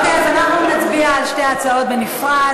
אז אנחנו נצביע על שתי ההצעות בנפרד.